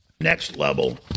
next-level